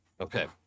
Okay